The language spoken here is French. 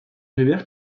rivière